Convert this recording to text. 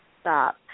stop